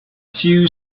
few